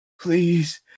Please